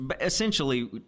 Essentially